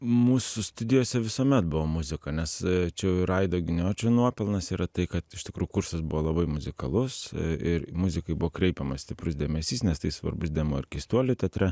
mūsų studijose visuomet buvo muzika nes čia jau ir aido giniočio nuopelnas yra tai kad iš tikrų kursas buvo labai muzikalus ir muzikai buvo kreipiamas stiprus dėmesys nes tai svarbus dėmuo ir keistuolių teatre